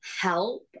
help